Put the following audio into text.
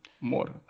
more